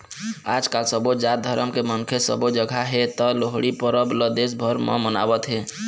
आजकाल सबो जात धरम के मनखे सबो जघा हे त लोहड़ी परब ल देश भर म मनावत हे